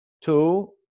two